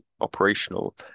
operational